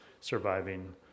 surviving